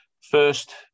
first